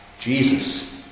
Jesus